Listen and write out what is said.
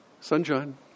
Sunshine